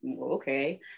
Okay